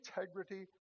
integrity